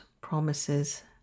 promises